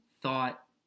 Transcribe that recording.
thought